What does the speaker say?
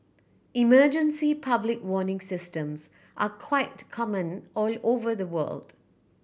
emergency public warning systems are quite common all over the world